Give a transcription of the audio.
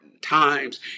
times